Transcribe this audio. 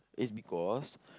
is because